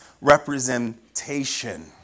representation